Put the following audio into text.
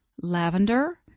lavender